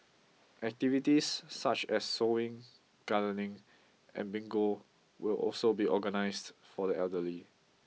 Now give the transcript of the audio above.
activities such as sewing gardening and bingo will also be organised for the elderly